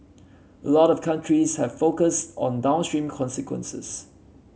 a lot of countries have focused on downstream consequences